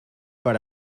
per